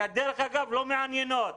שדרך אגב, הן לא מעניינות.